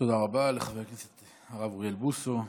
תודה רבה לחבר הכנסת הרב אוריאל בוסו.